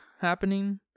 happening